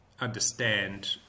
understand